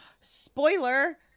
Spoiler